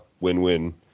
win-win